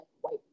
white